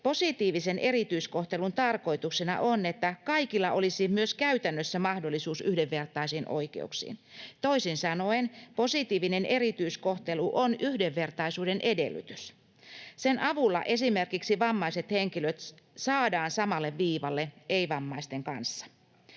Positiivisen erityiskohtelun tarkoituksena on, että kaikilla olisi myös käytännössä mahdollisuus yhdenvertaisiin oikeuksiin. Toisin sanoen positiivinen erityiskohtelu on yhdenvertaisuuden edellytys. Sen avulla esimerkiksi vammaiset henkilöt saadaan samalle viivalle ei-vammaisten kanssa.